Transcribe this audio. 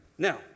Now